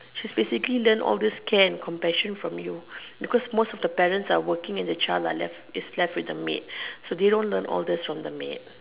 just basically learn all this care and compassion from you because most of the parents are working and the child are left is left with the maid and they don't learn all these from the maid